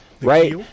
right